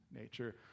nature